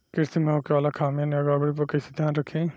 कृषि में होखे वाला खामियन या गड़बड़ी पर कइसे ध्यान रखि?